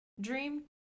dream